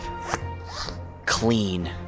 clean